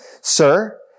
Sir